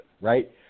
right